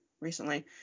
recently